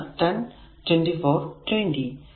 അതിനാൽ 10 24 20